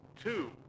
two